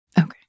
Okay